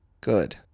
good